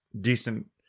decent